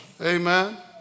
Amen